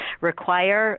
require